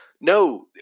No